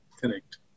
Correct